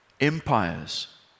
empires